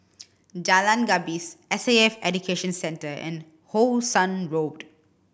Jalan Gapis S A F Education Centre and How Sun Road